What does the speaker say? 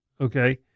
Okay